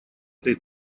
этой